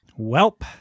Welp